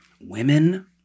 women